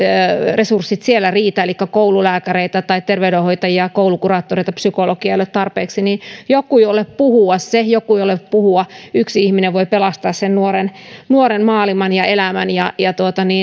resurssit siellä riitä elikkä jos koululääkäreitä tai terveydenhoitajia koulukuraattoreja psykologeja ei ole tarpeeksi niin joku jolle puhua se joku jolle puhua yksi ihminen voi pelastaa nuoren nuoren maailman ja elämän ja ja